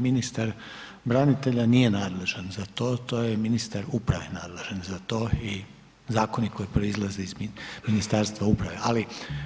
Ministar branitelja nije nadležan za to, to je ministar uprave nadležan za to i zakoni koji proizlaze iz Ministarstva uprave, ali